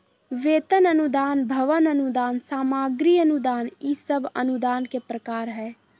वेतन अनुदान, भवन अनुदान, सामग्री अनुदान ई सब अनुदान के प्रकार हय